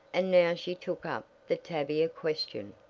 and now she took up the tavia question.